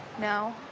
No